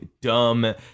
dumb